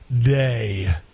day